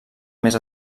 més